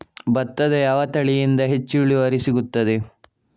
ಭತ್ತದ ಯಾವ ತಳಿಯಿಂದ ಹೆಚ್ಚು ಇಳುವರಿ ಸಿಗುತ್ತದೆ?